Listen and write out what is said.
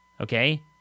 Okay